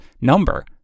number